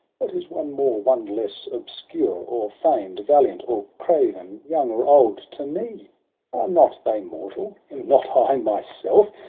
what is one more, one less, obscure or famed, valiant or craven, young or old, to me? are not they mortal, am not i myself?